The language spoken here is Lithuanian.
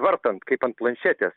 vartant kaip ant planšetės